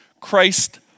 Christ